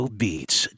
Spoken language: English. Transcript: beats